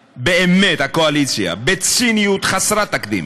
באמת, הקואליציה, בציניות חסרת תקדים